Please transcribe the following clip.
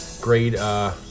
great